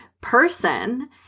person